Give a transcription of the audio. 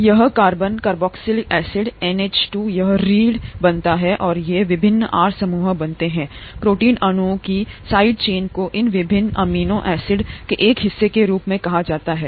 यह carbon carboxylic acid एनएच2यह रीढ़ बनाता है और ये विभिन्न आर समूह बनाते है प्रोटीन अणु की साइड चेन को इन विभिन्न अमीनो एसिड के एक हिस्से के रूप कहा जाता है